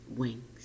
wings